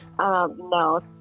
No